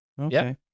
Okay